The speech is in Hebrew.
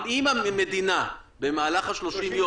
אם המדינה במהלך ה-30 יום